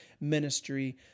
ministry